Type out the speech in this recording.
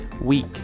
week